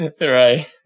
Right